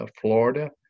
Florida